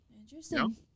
Interesting